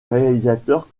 réalisateur